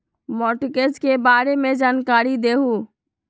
Mortgage के बारे में जानकारी देहु?